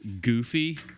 goofy